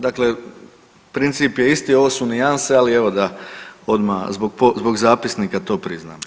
Dakle, princip je isti, ovo su nijanse, ali evo da odma zbog zapisnika to priznam.